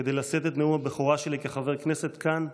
כדי לשאת את נאום הבכורה שלי כחבר כנסת כאן,